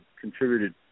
contributed